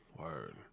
Word